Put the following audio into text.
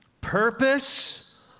purpose